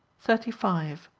thirty five.